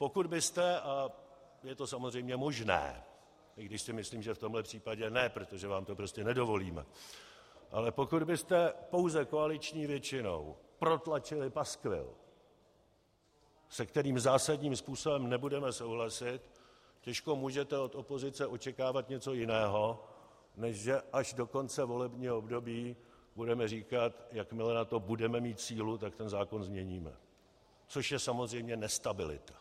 Pokud byste, a je to samozřejmě možné, i když si myslím, že v tomto případě ne, protože vám to prostě nedovolíme, ale pokud byste pouze koaliční většinou protlačili paskvil, se kterým zásadním způsobem nebudeme souhlasit, těžko můžete od opozice očekávat něco jiného, než že až do konce volebního období budeme říkat: jakmile na to budeme mít sílu, tak ten zákon změníme, což je samozřejmě nestabilita.